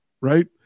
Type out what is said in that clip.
Right